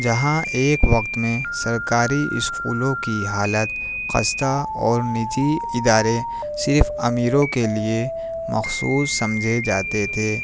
جہاں ایک وقت میں سرکاری اسکولوں کی حالت خستہ اور نجی ادارے صرف امیروں کے لیے مخصوص سمجھے جاتے تھے